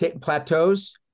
plateaus